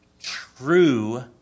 true